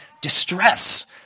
distress